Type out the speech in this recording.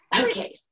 Okay